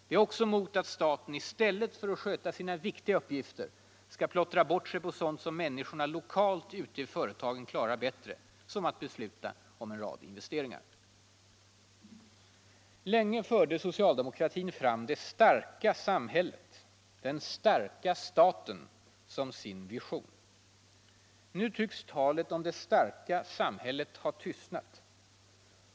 Vi är också emot att staten i stället för att sköta sina viktiga uppgifter bra skall plottra bort sig på sådant som människor lokalt ute i företagen klarar bättre, som att besluta om investeringar. Länge förde socialdemokratin fram ”det starka samhället”, ”den starka staten”, som sin vision. Nu tycks talet om det starka samhället ha tystnat.